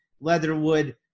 leatherwood